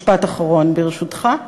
משפט אחרון, ברשותך.